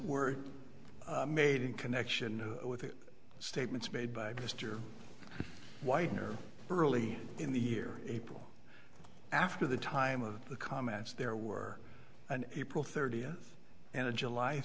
were made in connection with statements made by mr whitener early in the year in april after the time of the comments there were an april thirtieth and a july